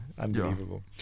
unbelievable